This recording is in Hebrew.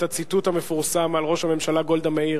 את הציטוט המפורסם על ראש הממשלה גולדה מאיר,